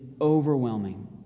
overwhelming